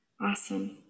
Awesome